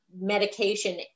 medication